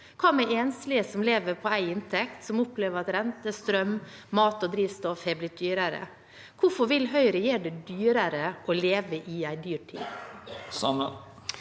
Hva med enslige, som lever på én inntekt, og som opplever at rente, strøm, mat og drivstoff har blitt dyrere? Hvorfor vil Høyre gjøre det dyrere å leve i en dyrtid?